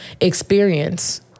experience